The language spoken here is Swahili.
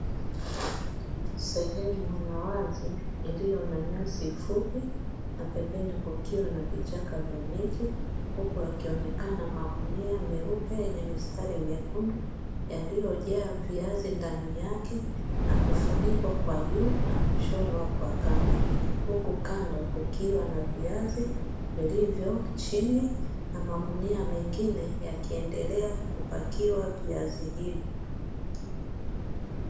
Sehemu ya wazi iliyo na nyasi fupi na pembeni kukiwa na vichaka vya miti, huku yakionekana magunia meupe yenye mistari myekundu yaliyojaa viazi ndani yake na kufunikwa kwa juu na kushonwa kwa kamba. Huku kando kukiwa na viazi vilivyo chini, na magunia mengine yakiendelea kupakiwa viazi hivi.